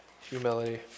humility